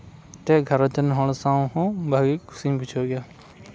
ᱛᱮ ᱜᱷᱟᱨᱚᱸᱡᱽ ᱨᱮᱱ ᱦᱚᱲ ᱥᱟᱶ ᱦᱚᱸ ᱵᱷᱟᱜᱮ ᱠᱩᱥᱤᱧ ᱵᱩᱡᱷᱟᱹᱣ ᱜᱮᱭᱟ